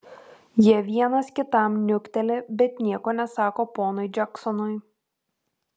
jie vienas kitam niukteli bet nieko nesako ponui džeksonui